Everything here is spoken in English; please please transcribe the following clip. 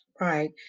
Right